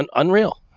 and unreal,